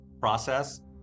process